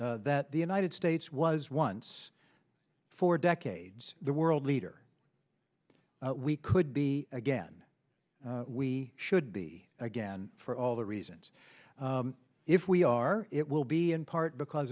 that the united states was once for decades the world leader we could be again we should be again for all the reasons if we are it will be in part because